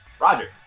Roger